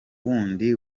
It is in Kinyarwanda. wundi